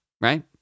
right